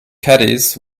caddies